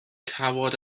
cawod